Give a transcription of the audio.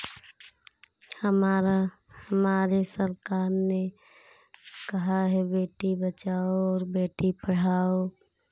हमारा हमारी सरकार ने कहा है बेटी बचाओ और बेटी पढ़ाओ